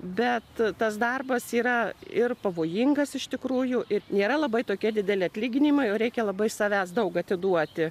bet tas darbas yra ir pavojingas iš tikrųjų ir nėra labai tokie dideli atlyginimai o reikia labai savęs daug atiduoti